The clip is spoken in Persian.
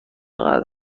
قدر